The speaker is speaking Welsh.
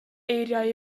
eiriau